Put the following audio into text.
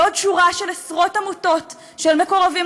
ועוד שורה של עשרות עמותות של מקורבים